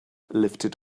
lifted